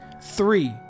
Three